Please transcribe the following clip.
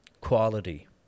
quality